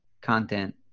content